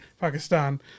Pakistan